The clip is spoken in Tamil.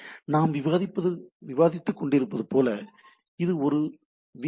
எனவே நாம் விவாதித்துக் கொண்டிருப்பது போல இது ஒரு வி